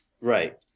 Right